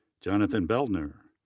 jonathan beldner,